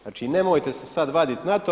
Znači, nemojte se sad vadit na to.